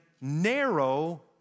narrow